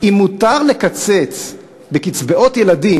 אם מותר לקצץ בקצבאות ילדים,